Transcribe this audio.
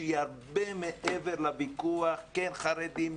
שהיא הרבה מעבר לוויכוח כן חרדים,